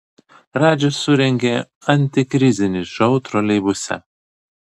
radžis surengė antikrizinį šou troleibuse